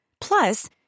Plus